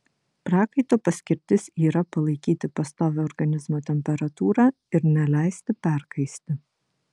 prakaito paskirtis yra palaikyti pastovią organizmo temperatūrą ir neleisti perkaisti